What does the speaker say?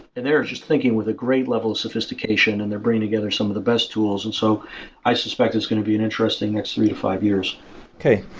and they are just thinking with a great level of sophistication and they're bringing together some of the best tools, and so i suspect it's going to be an interesting next three to five years okay.